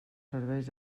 serveis